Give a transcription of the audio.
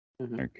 Okay